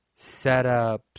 setups